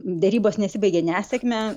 derybos nesibaigė nesėkme